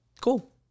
cool